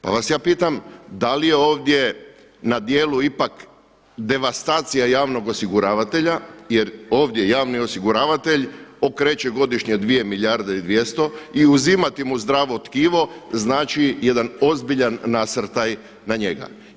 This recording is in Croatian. Pa vas ja pitam da li je ovdje na djelu ipak devastacija javnog osiguravatelja jer ovdje javni osiguravatelj okreće godišnje 2 milijarde i 200 i uzimati mu zdravo tkivo znači jedan ozbiljan nasrtaj na njega.